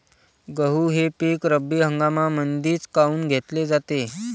गहू हे पिक रब्बी हंगामामंदीच काऊन घेतले जाते?